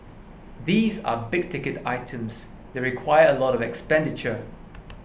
these are big ticket items they require a lot of expenditure